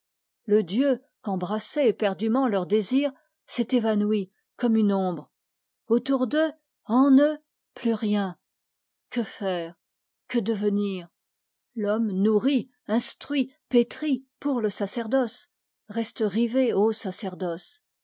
le dieu qu'embrassait éperdument leur désir s'est évanoui comme une ombre autour d'eux en eux plus rien que faire que devenir l'homme nourri pour le sacerdoce reste rivé au sacerdoce